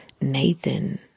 Nathan